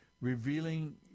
revealing